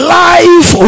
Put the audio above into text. life